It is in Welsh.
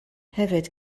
hefyd